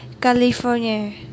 California